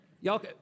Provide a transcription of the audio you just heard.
Y'all